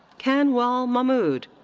kanwal mahmood.